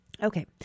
Okay